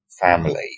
family